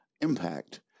impact